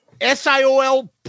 S-I-O-L